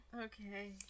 Okay